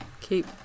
Keep